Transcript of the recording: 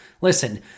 Listen